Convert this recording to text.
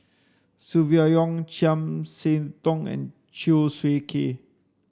Silvia Yong Chiam See Tong and Chew Swee Kee